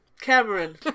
Cameron